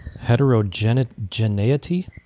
Heterogeneity